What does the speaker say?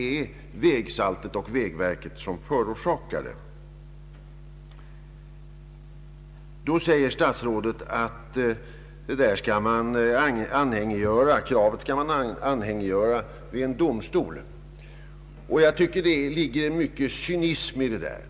Nu säger herr statsrådet att krav på ersättning skall man anhängiggöra vid en domstol! Jag tycker det ligger mycket cynism i detta.